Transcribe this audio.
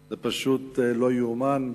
זה פשוט לא יאומן.